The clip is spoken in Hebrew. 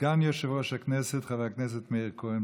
סגן יושב-ראש הכנסת חבר הכנסת מאיר כהן,